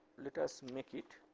like us make it